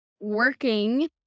working